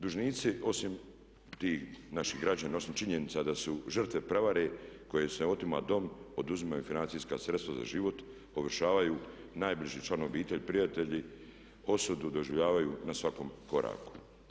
Dužnici, osim tih naših građana, osim činjenice da su žrtve prevare kojima im se otima dom, oduzimaju financijska sredstva za život … najbliži član obitelji, prijatelji osudu doživljavaju na svakom koraku.